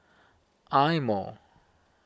Eye Mo